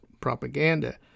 propaganda